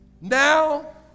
Now